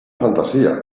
fantasía